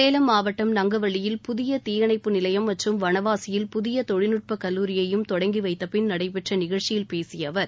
சேலம் மாவட்டம் நங்கவள்ளியில் புதிய தீயணைப்பு நிலையம் மற்றும் வனவாசியில் புதிய தொழில்நுட்ப கல்லூரியையும் தொடங்கிவைத்தபின் நடைபெற்ற நிகழ்ச்சியில் பேசிய அவர்